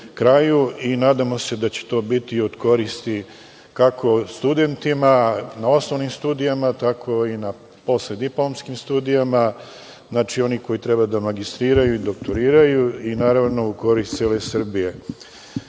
i nadamo se da će to biti od koristi kako studentima na osnovnim studijama tako i na post diplomskim studijama. Znači, oni koji treba da magistriraju i doktoriraju i naravno u korist cele Srbije. Mislim